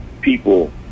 people